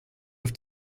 auf